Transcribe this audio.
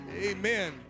amen